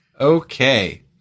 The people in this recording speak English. Okay